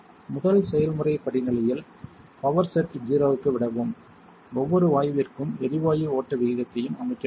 முதல் செயல்முறைப் படிநிலையில் பவர் செட் 0 க்கு விடவும் ஒவ்வொரு வாயுவிற்கும் எரிவாயு ஓட்ட விகிதத்தையும் அமைக்க வேண்டும்